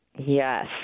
Yes